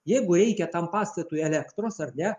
jeigu reikia tam pastatui elektros ar ne